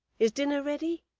is dinner ready?